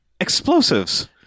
explosives